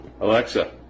Alexa